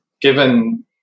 given